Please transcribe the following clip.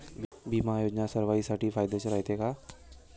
बिमा योजना सर्वाईसाठी फायद्याचं रायते का?